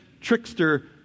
trickster